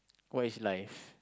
what is life